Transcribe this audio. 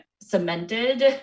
cemented